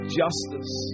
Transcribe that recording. justice